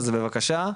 אז בבקשה,